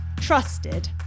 trusted